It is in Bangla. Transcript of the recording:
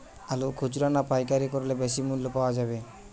আলু খুচরা না পাইকারি করলে বেশি মূল্য পাওয়া যাবে?